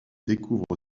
découvre